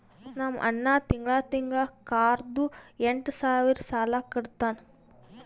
ನಮ್ ಅಣ್ಣಾ ತಿಂಗಳಾ ತಿಂಗಳಾ ಕಾರ್ದು ಎಂಟ್ ಸಾವಿರ್ ಸಾಲಾ ಕಟ್ಟತ್ತಾನ್